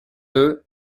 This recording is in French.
deux